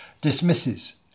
dismisses